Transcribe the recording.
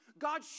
God